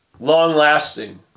long-lasting